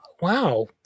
wow